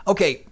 Okay